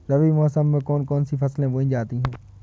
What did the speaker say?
रबी मौसम में कौन कौन सी फसलें बोई जाती हैं?